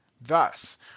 Thus